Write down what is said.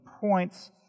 points